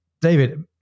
David